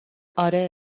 آره